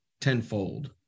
tenfold